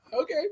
Okay